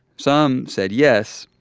some said yes,